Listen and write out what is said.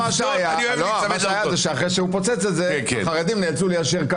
מי שפיצץ את זה היה מתי דן אבל תהיה רגוע.